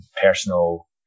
personal